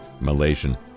Malaysian